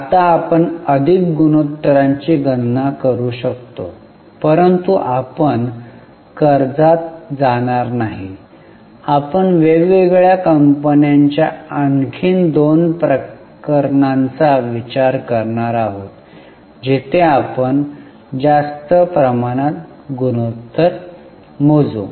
आता आपण अधिक गुणोत्तरांची गणना करू शकतो परंतु आपण कर्जात जाणार नाही आपण वेगवेगळ्या कंपन्यांच्या आणखीन दोन प्रकरणाचा विचार करणार आहोत जिथे आपण जास्त प्रमाणात गुणोत्तर मोजू